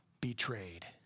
betrayed